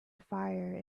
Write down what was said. fire